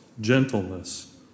gentleness